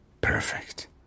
Perfect